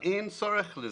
אין צורך בזה.